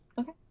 Okay